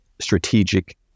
strategic